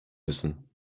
müssen